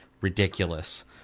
ridiculous